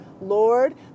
Lord